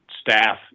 staff